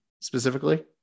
specifically